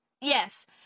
Yes